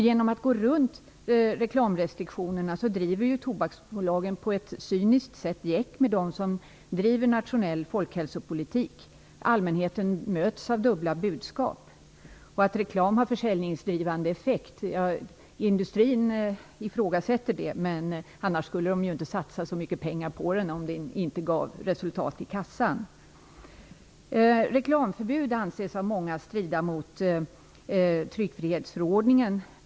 Genom att kringgå reklamrestriktionerna driver tobaksbolagen på ett cyniskt sätt gäck med dem som bedriver nationell folkhälsopolitik. Allmänheten möts av dubbla budskap. Att reklam har försäljningsdrivande effekt ifrågasätts av industrin. Men man skulle ju inte satsa så mycket pengar på reklamen om det inte gav resultat i kassan. Reklamförbud anses av många strida mot tryckfrihetsförordningen.